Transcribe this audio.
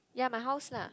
ya my house lah